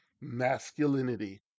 masculinity